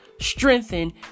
strengthen